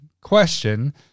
question